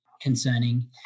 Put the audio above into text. concerning